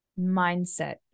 mindset